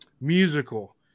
musical